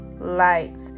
lights